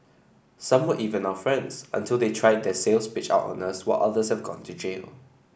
some were even our friends until they tried their sales pitch out on us while others have gone to jail